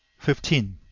fifteen.